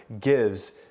gives